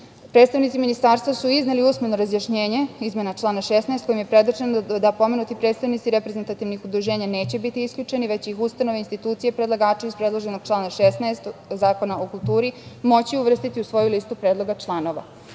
predstavnici Ministarstva su izneli usmeno razjašnjenje izmene člana 16, kojim je predočeno da pomenuti predstavnici reprezentativnih udruženja neće biti isključeni, već će ih ustanove, institucije predlagača iz predloženog člana 16. Zakona o kulturi moći uvrstiti u svoju listu predloga članova.S